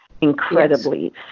incredibly